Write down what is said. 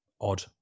Odd